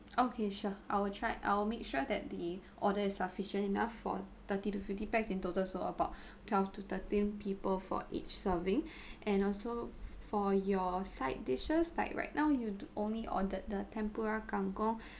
okay sure I will try I'll make sure that the order is sufficient enough for thirty to fifty packs in total so about twelve to thirteen people for each serving and also for your side dishes like right now you only ordered the tempura kangkong